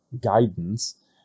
guidance